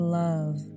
love